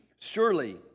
Surely